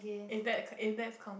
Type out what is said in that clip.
if that is that counted